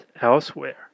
elsewhere